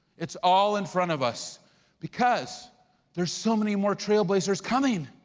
it's all in front of us because there's so many more trailblazers coming,